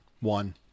one